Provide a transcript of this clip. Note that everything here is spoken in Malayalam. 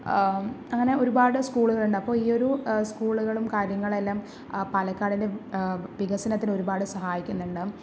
അങ്ങനെ ഒരുപാട് സ്കൂളുകൾ ഉണ്ട് അപ്പോൾ ഈ ഒരു സ്കൂളുകളും കാര്യങ്ങളെല്ലാം പാലക്കാടിന്റെ വികസനത്തിന് ഒരുപാട് സഹായിക്കുന്നുണ്ട്